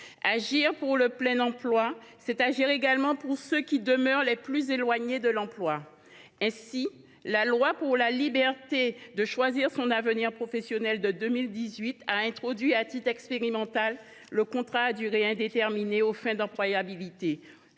Agir pour le plein emploi, c’est également agir pour ceux qui demeurent les plus éloignés de l’emploi. C’est à cette fin que la loi pour la liberté de choisir son avenir professionnel de 2018 a introduit dans notre droit, à titre expérimental, le contrat à durée indéterminée aux fins d’employabilité.